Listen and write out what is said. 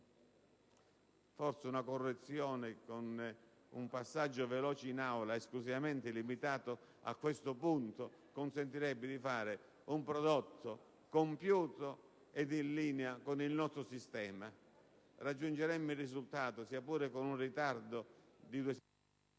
forse una correzione con un altro passaggio veloce in Aula esclusivamente limitato a questo punto consentirebbe di fare un prodotto compiuto ed in linea con il nostro sistema: raggiungeremmo il risultato, sia pure con un ritardo di due o tre settimane,